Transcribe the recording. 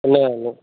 ఉన్నాయా